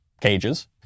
cages